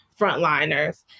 frontliners